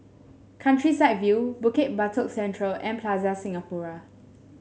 Countryside View Bukit Batok Central and Plaza Singapura